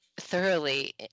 thoroughly